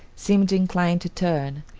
seemed inclined to turn,